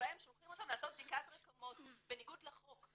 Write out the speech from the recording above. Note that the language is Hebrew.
שבהם שולחים אותן לעשות בדיקת רקמות בניגוד לחוק.